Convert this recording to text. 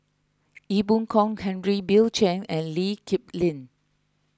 Ee Boon Kong Henry Bill Chen and Lee Kip Lin